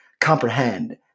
Comprehend